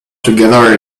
together